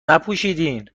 نپوشیدین